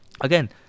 again